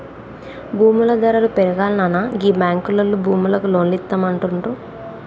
భూముల ధరలు పెరుగాల్ననా గీ బాంకులోల్లు భూములకు లోన్లిత్తమంటుండ్రు